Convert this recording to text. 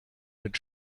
mit